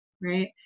right